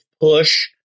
push